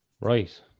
Right